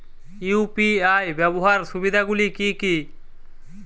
UPI ব্যাবহার সুবিধাগুলি কি কি?